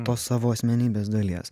tos savo asmenybės dalies